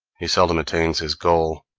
he seldom attains his goal,